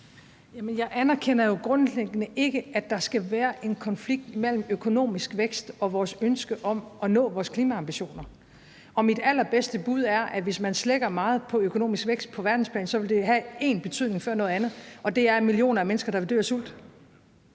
jeg anerkender jo grundlæggende ikke, at der skal være en konflikt mellem økonomisk vækst og vores ønske om at nå vores klimaambitioner. Og mit allerbedste bud er, at hvis man slækker meget på økonomisk vækst på verdensplan, vil det have én betydning før noget andet, og det er, at der vil være millioner af mennesker, der vil dø af sult,